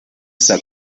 está